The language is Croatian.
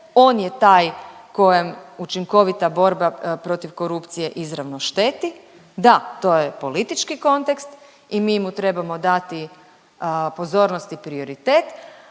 on je taj kojem učinkovita borba protiv korupcije izravno šteti, da to je politički kontekst i mi mu trebamo dati pozornost i prioritet,